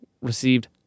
received